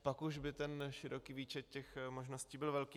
Pak už by ten široký výčet možností byl velký.